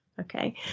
Okay